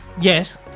Yes